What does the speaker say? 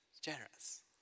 generous